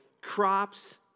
crops